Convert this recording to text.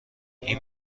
این